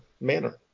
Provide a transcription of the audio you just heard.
manner